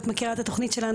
את מכירה את התוכנית שלנו,